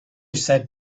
said